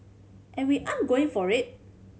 and we ain't going for it